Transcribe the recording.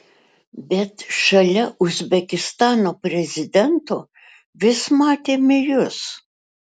bet šalia uzbekistano prezidento vis matėme jus